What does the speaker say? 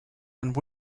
and